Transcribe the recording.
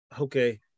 okay